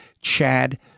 Chad